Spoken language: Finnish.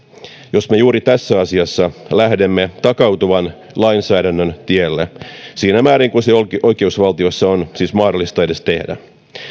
jos me juuri tässä asiassa lähdemme takautuvan lainsäädännön tielle siinä määrin kuin se oikeusvaltiossa on siis mahdollista edes tehdä